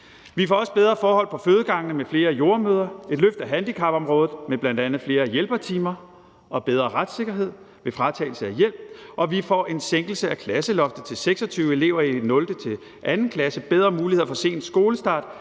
Vi får også bedre forhold på fødegangene med flere jordemødre, et løft af handicapområdet med bl.a. flere hjælpertimer og bedre retssikkerhed ved fratagelse af hjælp, og vi får en sænkelse af klasseloftet til 26 elever i 0.-2. klasse, bedre muligheder for sen skolestart,